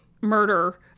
murder